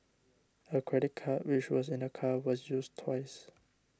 a credit card which was in the car was used twice